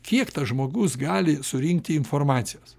kiek tas žmogus gali surinkti informacijos